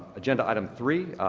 agenda item three,